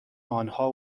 آنها